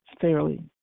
fairly